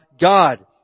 God